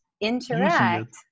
interact